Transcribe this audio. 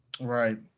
Right